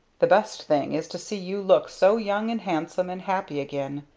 the best thing is to see you look so young and handsome and happy again,